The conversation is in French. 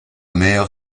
mer